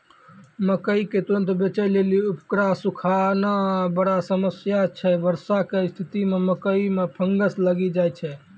मकई के तुरन्त बेचे लेली उकरा सुखाना बड़ा समस्या छैय वर्षा के स्तिथि मे मकई मे फंगस लागि जाय छैय?